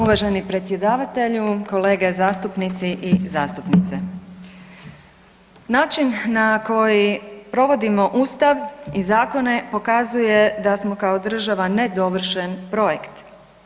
Uvaženi predsjedavatelju, kolege zastupnici i zastupnice, način na koji provodimo ustav i zakone pokazuje da smo kao država nedovršen projekt.